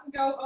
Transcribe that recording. go